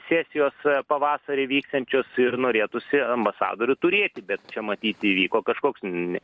sesijos pavasarį vyksiančios ir norėtųsi ambasadorių turėti bet čia matyt įvyko kažkoks ne